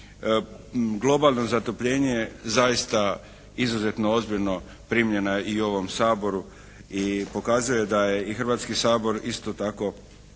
globalno zatopljenje zaista izuzetno ozbiljno primljena i u ovom Saboru i pokazuje da je i Hrvatski sabor isto tako